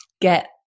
get